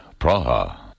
Praha